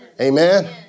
Amen